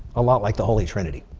a lot like the holy trinity.